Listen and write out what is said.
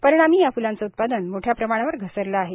परिणामी या फुलांचे उत्पादन मोठ्या प्रमाणावर घसरले आहे